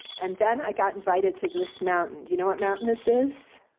and then i got invited to this mountain. do you know what mountain this is?